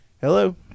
Hello